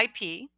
IP